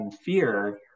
fear